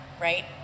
Right